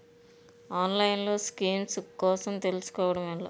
ఆన్లైన్లో స్కీమ్స్ కోసం తెలుసుకోవడం ఎలా?